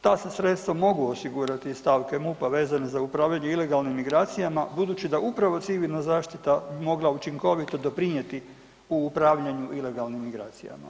Ta se sredstava mogu osigurati iz stavke MUP-a vezano za upravljanje ilegalnim migracijama, budući da upravo civilna zaštita bi mogla učinkovito doprinijeti u upravljanju ilegalnim migracijama.